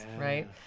right